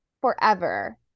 forever